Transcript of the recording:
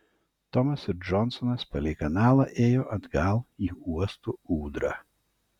tomas ir džonsonas palei kanalą ėjo atgal į uosto ūdrą